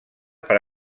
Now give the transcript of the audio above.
per